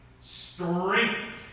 Strength